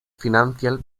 financial